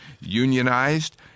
unionized